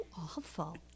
awful